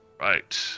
right